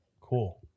cool